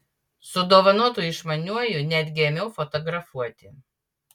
su dovanotu išmaniuoju netgi ėmiau fotografuoti